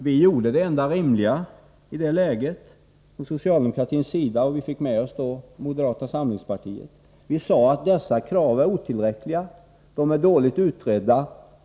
Vi gjorde det enda rimliga i det läget från socialdemokratins sida, och vi fick med oss moderata samlingspartiet. Vi sade att dessa krav är otillräckliga och dåligt utredda.